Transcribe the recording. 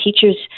teachers